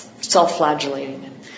self-flagellating